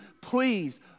please